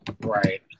Right